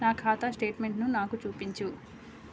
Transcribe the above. నా ఖాతా స్టేట్మెంట్ను నాకు చూపించు